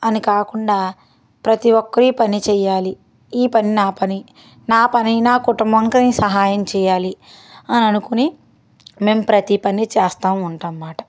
అని కాకుండా ప్రతి ఒక్కరు ఈ పని చేయాలి ఈ పని నా పని నా పని నా కుటుంబంకి నేను సహాయంచేయాలి అని అనుకొని మేము ప్రతి పని చేస్తా ఉంటాం అన్నమాట